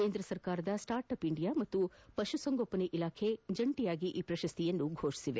ಕೇಂದ್ರ ಸರ್ಕಾರದ start up India ಮತ್ತು ಪಶುಸಂಗೋಪನಾ ಇಲಾಖೆ ಜಂಟಿಯಾಗಿ ಈ ಪ್ರಶಸ್ತಿ ಘೊಷಿಸಿದೆ